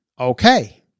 Okay